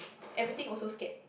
everything also scared